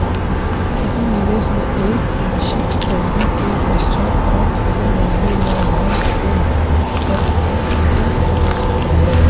किसी निवेश में एक निश्चित अवधि के पश्चात प्राप्त होने वाले लाभांश को एब्सलूट रिटर्न कहा जा सकता है